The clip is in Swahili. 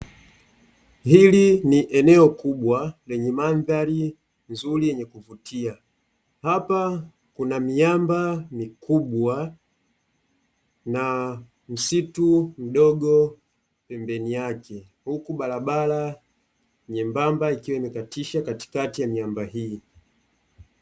Hili ni eneo kubwa, lenye mandhari nzuri yenye kuvutia, hapa kuna miamba mikubwa na msitu mdogo pembeni yake, huku barabara nyembamba ikiwa imekatisha katikati ya miamba hii.